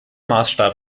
maßstab